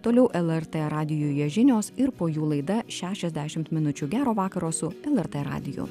toliau lrt radijuje žinios ir po jų laida šešiasdešimt minučių gero vakaro su lrt radiju